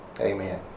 Amen